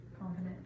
confident